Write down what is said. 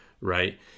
right